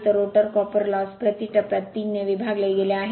तर rotor copper loss प्रति टप्प्यात 3 ने विभागले गेले आहे